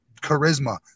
charisma